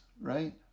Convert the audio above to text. right